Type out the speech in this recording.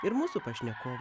ir mūsų pašnekovai